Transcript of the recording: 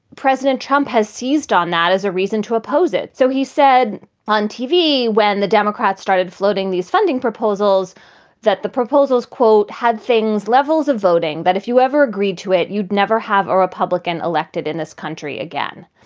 president trump has seized on that as a reason to oppose it. so he said on tv when the democrats started floating these funding proposals that the proposals, quote, had things, levels of voting that if you ever agreed to it, you'd never have a republican elected in this country again.